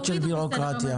בסדר,